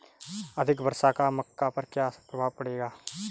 अधिक वर्षा का मक्का पर क्या प्रभाव पड़ेगा?